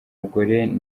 mugore